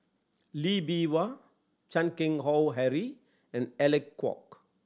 Lee Bee Wah Chan Keng Howe Harry and Alec Kuok